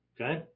okay